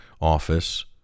office